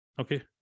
okay